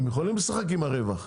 הם יכולים לשחק עם הרווח.